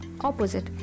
opposite